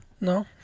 No